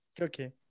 Okay